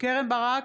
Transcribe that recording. קרן ברק,